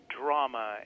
drama